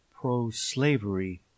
pro-slavery